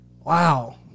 Wow